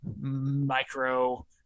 micro